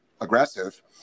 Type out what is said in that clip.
aggressive